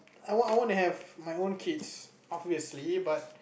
I want want to have my own kids obviously but